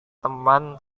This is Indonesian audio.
teman